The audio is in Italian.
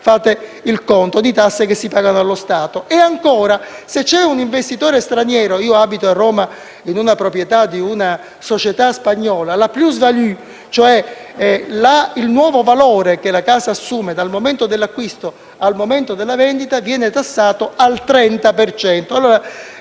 (fate il conto) di tasse che si pagano allo Stato. Ancora, se vi è un investitore straniero (io abito a Roma in una proprietà di una società spagnola), la *plus-value*, cioè il nuovo valore che la casa assume dal momento dell'acquisto al momento della vendita, viene tassato al 30